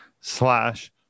slash